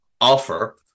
offer